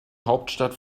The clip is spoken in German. hauptstadt